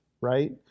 right